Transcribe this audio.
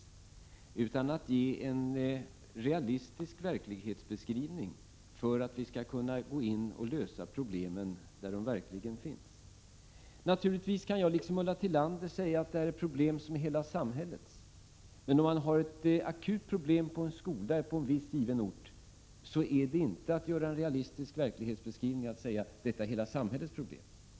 Det vill ge en realistisk verklighetsbeskrivning för att vi skall kunna gå in och lösa problemen där de verkligen finns. Naturligtvis kan jag liksom Ulla Tillander säga att detta är problem som är hela samhällets, men när man har ett akut problem på en viss skola på en given ort, är det inte realistiskt att säga: Detta är hela samhällets problem.